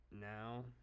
now